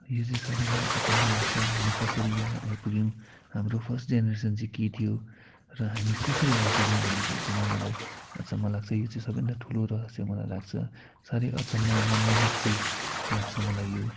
यो चाहिँ साह्रै मलाई अचम्म लाग्छ हामी कसरी यहाँ आइपुग्यौँ हाम्रो फर्स्ट जेनरेसन चाहिँ के थियो र हामी कसरी आइपुग्यौँ भन्ने चाहिँ एकदमै मलाई अचम्म लाग्छ यो चाहिँ सबैभन्दा ठुलो रहस्य मलाई लाग्छ साह्रै अचम्म मनमोहक चिज लाग्छ मलाई यो